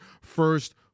first